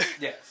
Yes